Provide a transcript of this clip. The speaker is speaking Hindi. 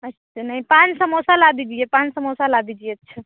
अच्छा नहीं पाँच समोसा ला दीजिए पाँच समोसा ला दीजिए अच्छा